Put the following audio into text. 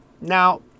Now